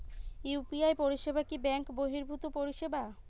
UPI পরিসেবা কি bank বর্হিভুত পরিসেবা?